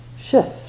shift